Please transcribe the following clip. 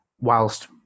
whilst